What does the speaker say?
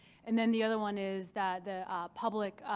and then the other one is that the public